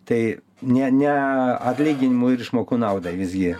tai ne ne atlyginimų ir išmokų naudai visgi